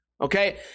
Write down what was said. Okay